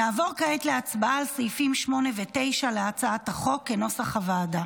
נעבור כעת להצבעה על סעיפים 8 ו-9 להצעת החוק כנוסח הוועדה.